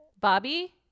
Bobby